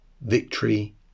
victory